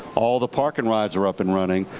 all the park n rides are up and running.